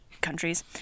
countries